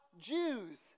Jews